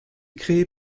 créé